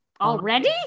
Already